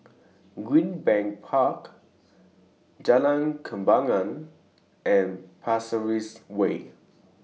Greenbank Park Jalan Kembangan and Pasir Ris Way